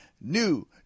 new